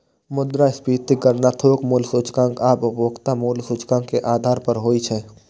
मुद्रास्फीतिक गणना थोक मूल्य सूचकांक आ उपभोक्ता मूल्य सूचकांक के आधार पर होइ छै